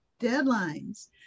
deadlines